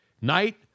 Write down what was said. night